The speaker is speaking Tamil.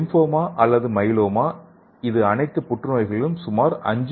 லிம்போமா மற்றும் மைலோமா இது அனைத்து புற்றுநோய்களிலும் சுமார் 5